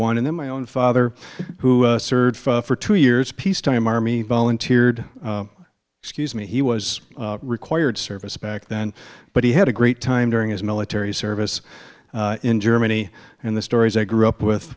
one and then my own father who served for two years peacetime army volunteered excuse me he was required service back then but he had a great time during his military service in germany and the stories i grew up with